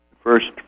First